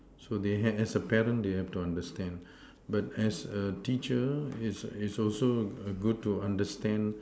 so they have as a parent they have to understand but as a teacher it's it's also err good to understand